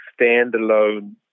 standalone